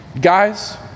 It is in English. guys